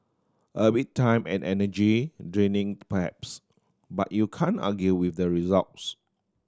a bit time and energy draining perhaps but you can argue with the results